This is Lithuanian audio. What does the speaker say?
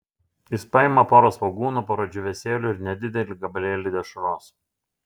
jis paima porą svogūnų porą džiūvėsėlių ir nedidelį gabalėlį dešros